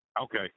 Okay